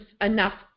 enough